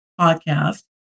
podcast